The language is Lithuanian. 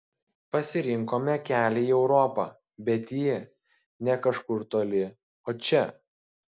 pasirinkome kelią į europą bet ji ne kažkur toli o čia